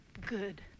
good